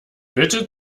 bitte